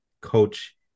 coach